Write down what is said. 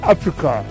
Africa